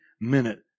minute